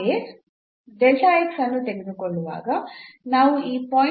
ಹಾಗೆಯೇ ಅನ್ನು ತೆಗೆದುಕೊಳ್ಳುವಾಗ ನಾವು ಈ 0